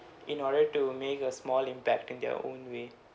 in order to make a small impact in their own way